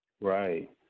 Right